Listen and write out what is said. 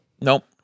Nope